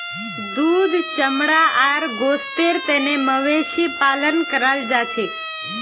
दूध चमड़ा आर गोस्तेर तने मवेशी पालन कराल जाछेक